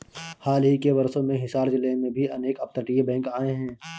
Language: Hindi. हाल ही के वर्षों में हिसार जिले में भी अनेक अपतटीय बैंक आए हैं